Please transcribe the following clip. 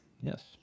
Yes